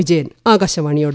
വിജയൻ ആകാശവാണിയോട്